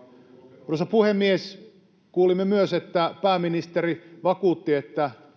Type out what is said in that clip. Arvoisa puhemies! Kuulimme myös, että pääministeri vakuutti, että